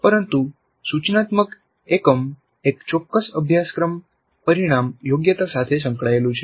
પરંતુ સૂચનાત્મક એકમ એક ચોક્કસ અભ્યાસક્રમ પરિણામ યોગ્યતા સાથે સંકળાયેલું છે